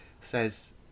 says